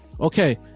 Okay